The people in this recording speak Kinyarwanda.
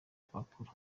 twakora